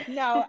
no